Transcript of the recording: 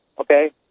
okay